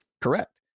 Correct